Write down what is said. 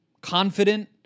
confident